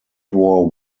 war